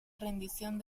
rendición